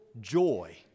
joy